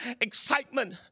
excitement